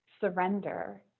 surrender